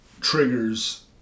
triggers